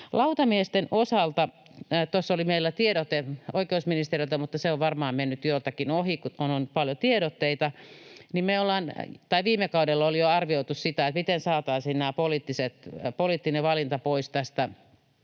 Lautamiesten osalta tuossa oli meillä tiedote oikeusministeriöltä, mutta se on varmaan mennyt joiltakin ohi, kun on paljon tiedotteita. Viime kaudella oli jo arvioitu sitä, miten saataisiin tämä poliittinen valinta pois tästä